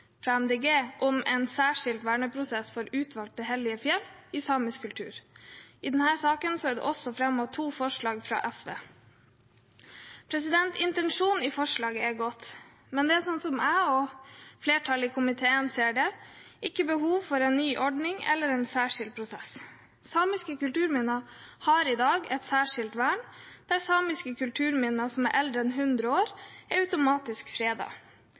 fra Miljøpartiet De Grønne om en særskilt verneprosess for utvalgte hellige fjell i samisk kultur. I denne saken er det også fremmet to forslag fra SV. Intensjonen i forslaget er god, men det er, slik jeg og flertallet i komiteen ser det, ikke behov for en ny ordning eller en særskilt prosess. Samiske kulturminner har i dag et særskilt vern, der samiske kulturminner som er eldre enn 100 år, er automatisk